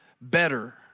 better